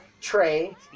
Trey